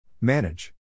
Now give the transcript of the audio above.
Manage